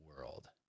world